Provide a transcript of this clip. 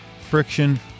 friction